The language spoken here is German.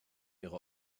ihre